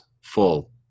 full